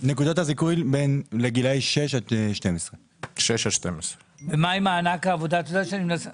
נקודות הזיכוי לגילאי 6 עד 12. כמה זה מענק העבודה?